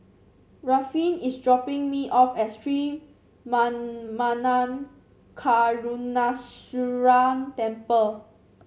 Ruffin is dropping me off at Sri Manmatha Karuneshvarar Temple